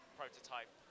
prototype